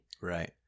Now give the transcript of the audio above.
Right